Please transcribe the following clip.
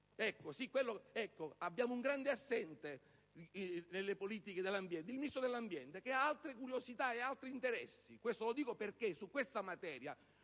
Ecco, abbiamo un grande assente nelle politiche dell'ambiente: il Ministro dell'ambiente, che ha altre curiosità ed altri interessi. Questo lo dico perché su questa materia,